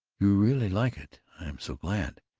you really like it? i'm so glad!